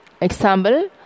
Example